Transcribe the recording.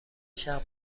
شرق